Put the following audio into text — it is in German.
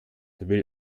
will